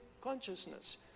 consciousness